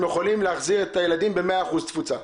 יכולים להחזיר את הילדים במאה אחוז תפוסה?